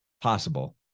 possible